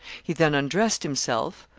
he then undressed himself,